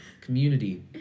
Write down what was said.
Community